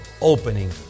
opening